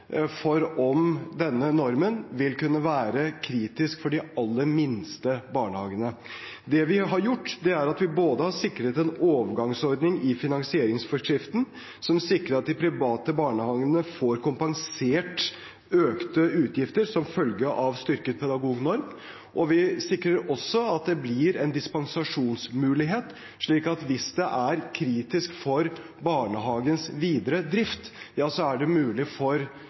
for om denne normen vil kunne være kritisk for de aller minste barnehagene. Det vi har gjort, er at vi har sikret både en overgangsordning i finansieringsforskriften, som sikrer at de private barnehagene får kompensert økte utgifter som følge av styrket pedagognorm, og en dispensasjonsmulighet, slik at det hvis det er kritisk for barnehagens videre drift, er mulig for kommunen å gi dispensasjon fra normen. Det